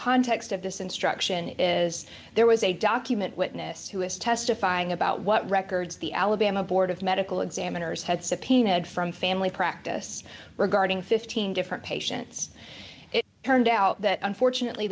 context of this instruction is there was a document witness who is testifying about what records the alabama board of medical examiners had subpoenaed from family practice regarding fifteen different patients it turned out that unfortunately